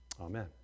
Amen